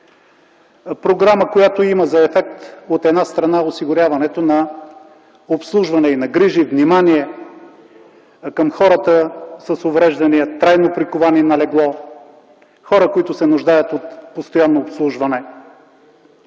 програма, която има за ефект от една страна осигуряването на обслужване, на грижи и внимание към хората с увреждания, трайно приковани на легло, хора, които се нуждаят от постоянно обслужване.